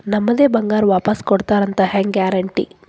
ನಮ್ಮದೇ ಬಂಗಾರ ವಾಪಸ್ ಕೊಡ್ತಾರಂತ ಹೆಂಗ್ ಗ್ಯಾರಂಟಿ?